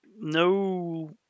no